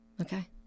okay